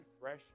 fresh